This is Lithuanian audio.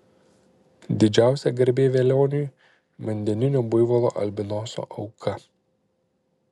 didžiausia garbė velioniui vandeninio buivolo albinoso auka